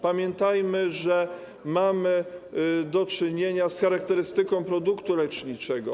Pamiętajmy, że mamy do czynienia z charakterystyką produktu leczniczego.